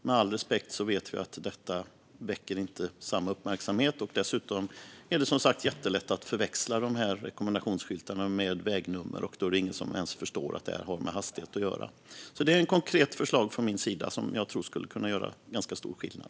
Med all respekt vet vi att en rekommendationsskylt inte väcker samma uppmärksamhet. Dessutom är det lätt att förväxla rekommendationsskyltarna med vägnummer, och då är det ingen som ens förstår att de har med hastigheten att göra. Det var ett konkret förslag från min sida som jag tror skulle göra stor skillnad.